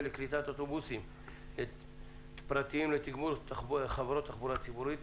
לקליטת אוטובוסים פרטיים לתגבור חברות התחבורה הציבורית.